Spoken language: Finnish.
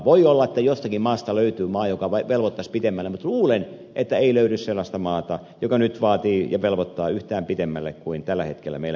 voi olla että jostakin löytyy maa joka velvoittaisi pitemmälle mutta luulen että ei löydy sellaista maata joka nyt vaatii ja velvoittaa yhtään pidemmälle kuin tällä hetkellä meillä menetellään